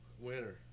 Winner